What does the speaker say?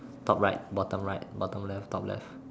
top right bottom right bottom left top left